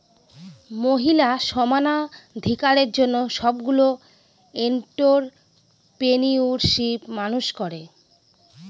মহিলা সমানাধিকারের জন্য সবগুলো এন্ট্ররপ্রেনিউরশিপ মানুষ করে